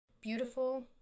beautiful